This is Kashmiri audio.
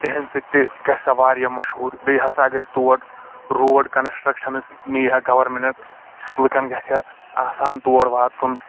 تِہِنٛدِ سۭتۍ تہِ گژھہِ سۄ واریاہ مشہور بیٚیہِ ہسا اگر اَسہِ تور روڈ کنسٹرکشنس نیہِ ہا گورمِنٹ لُکن گژھہِ ہا آسان تور واتُن